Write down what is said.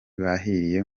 bahiriye